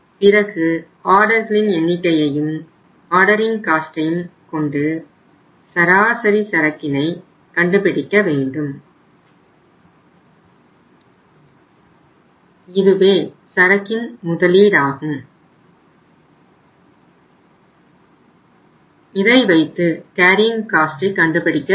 பிறகு ஆர்டர்களின் எண்ணிக்கையையும் ஆர்டரிங் காஸ்ட்டையும் கண்டுபிடிக்க வேண்டும்